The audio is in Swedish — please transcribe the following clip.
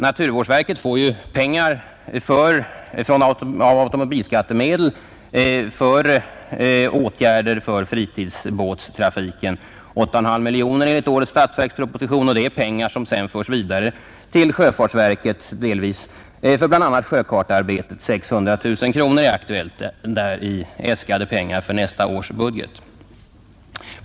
Naturvårdsverket får pengar från automobilskattemedel för åtgärder för fritidsbåttrafiken, 8,5 miljoner kronor enligt årets statsverksproposition, pengar som sedan delvis förs vidare till sjöfartsverket. BI. a. är 600 000 kronor aktuella för sjökartearbetet enligt äskande för nästa års budget.